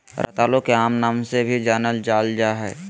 रतालू के आम नाम से भी जानल जाल जा हइ